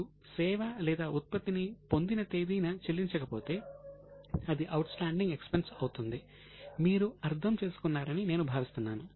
మీరు సేవ లేదా ఉత్పత్తిని పొందిన తేదీన చెల్లించకపోతే అది అవుట్ స్టాండింగ్ ఎక్స్ పెన్స్ అవుతుంది మీరు అర్థం చేసుకున్నారని నేను భావిస్తున్నాను